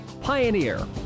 Pioneer